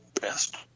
best